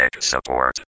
Support